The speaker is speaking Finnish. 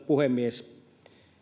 puhemies